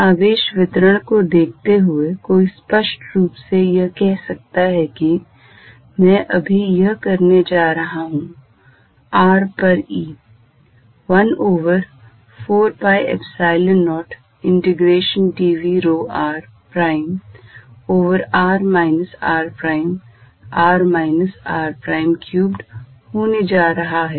आवेश वितरण को देखते हुए कोई स्पष्ट रूप से यह कह सकता है कि मैं अभी यह करने जा रहा हूं r पर E 1 over 4 pi Epsilon 0 integration dv rho r prime over r minus r prime r minus r prime cubed होने जा रहा है